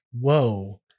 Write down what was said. Whoa